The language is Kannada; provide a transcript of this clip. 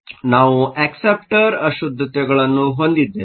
ಆದ್ದರಿಂದ ನಾವು ಅಕ್ಸೆಪ್ಟರ್ ಅಶುದ್ದತೆಗಳನ್ನು ಹೊಂದಿದ್ದೇವೆ